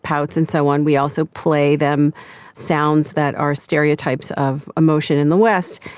pouts and so on. we also play them sounds that are stereotypes of emotion in the west.